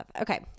Okay